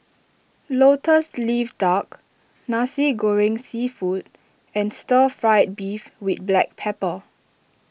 Lotus Leaf Duck Nasi Goreng Seafood and Stir Fried Beef with Black Pepper